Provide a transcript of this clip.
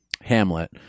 Hamlet